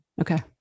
Okay